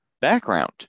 background